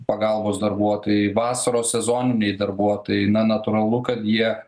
pagalbos darbuotojai vasaros sezoniniai darbuotojai na natūralu kad jie